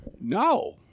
No